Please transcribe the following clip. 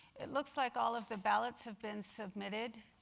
it looks like all of the ballots have been submitted.